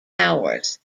hours